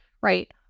right